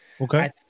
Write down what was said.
Okay